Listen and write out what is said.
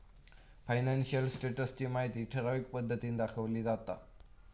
financial status ची माहिती ठराविक पद्धतीन दाखवली जाता